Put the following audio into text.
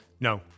No